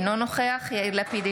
אינו נוכח יאיר לפיד,